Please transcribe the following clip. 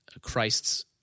Christ's